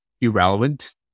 irrelevant